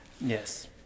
Yes